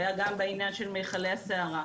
היה גם בעניין של מכלי הסערה.